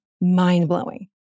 mind-blowing